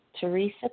Teresa